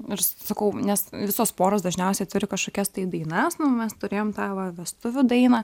ir sakau nes visos poros dažniausiai turi kažkokias tai dainas nu mes turėjom tą va vestuvių dainą